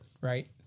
Right